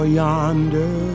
yonder